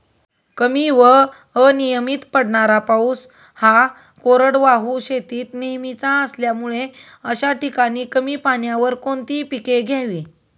कमी व अनियमित पडणारा पाऊस हा कोरडवाहू शेतीत नेहमीचा असल्यामुळे अशा ठिकाणी कमी पाण्यावर कोणती पिके घ्यावी?